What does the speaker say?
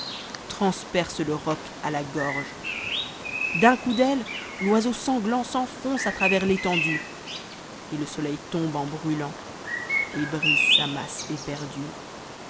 transperce le rob a la gorge d'un coup d'aile ï'oiseau sanglant s'enfonce à travers l'étendue et le soleil tombe en bratant et brise sa masse éperdue